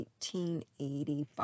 1885